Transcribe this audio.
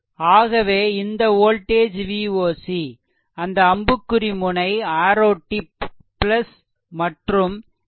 ஆகவே இந்த voltage Voc அந்த அம்புக்குறி முனை மற்றும் இது